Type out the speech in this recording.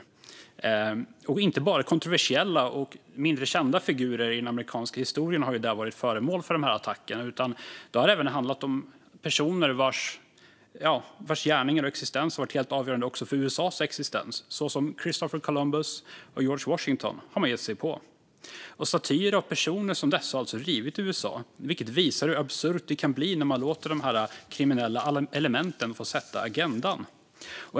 Det är inte bara kontroversiella och mindre kända personer i den amerikanska historien som har varit föremål för dessa attacker utan även personer vars existens och gärningar varit helt avgörande för USA:s existens, såsom Christofer Columbus och George Washington. Statyer av personer som dessa har alltså rivits i USA, vilket visar hur absurt det kan bli när man låter de kriminella elementen få sätta agendan.